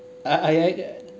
I I